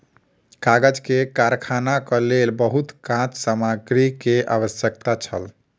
कागज के कारखानाक लेल बहुत काँच सामग्री के आवश्यकता छल